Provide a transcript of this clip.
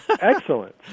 Excellent